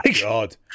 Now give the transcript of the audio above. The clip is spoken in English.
God